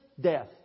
Death